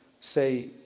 Say